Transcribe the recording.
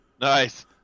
Nice